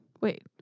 wait